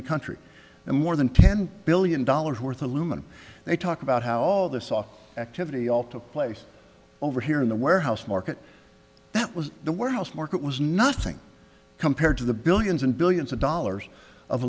the country and more than ten billion dollars worth of lumen they talk about how all this off activity all took place over here in the warehouse market that was the warehouse market was nothing compared to the billions and billions of dollars of